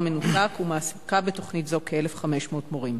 מנותק ומעסיקה בתוכנית זו כ-1,500 מורים.